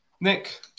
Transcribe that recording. Nick